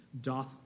doth